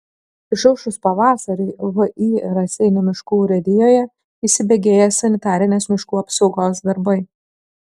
išaušus pavasariui vį raseinių miškų urėdijoje įsibėgėja sanitarinės miškų apsaugos darbai